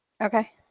Okay